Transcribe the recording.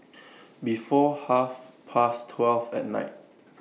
before Half Past twelve At Night